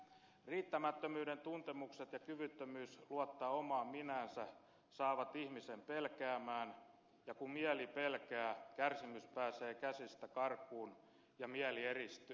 riittämättömyyden tuntemukset ja kyvyttömyys luottaa omaan minäänsä saavat ihmisen pelkäämään ja kun mieli pelkää kärsimys pääsee käsistä karkuun ja mieli eristyy